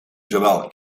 zowel